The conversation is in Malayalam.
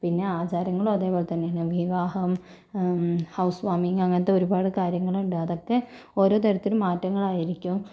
പിന്നെ ആചാരങ്ങളും അതേപോലെ തന്നെയ വിവാഹം ഹൗസ് വാമിങ് അങ്ങനത്തെ ഒരുപാട് കാര്യങ്ങളുണ്ട് അതൊക്കെ ഓരോ തരത്തില് മാറ്റങ്ങളായിരിക്കും